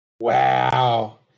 Wow